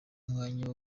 umwanya